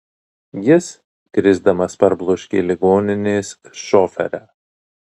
jis krisdamas parbloškė ligoninės šoferę